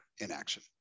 inaction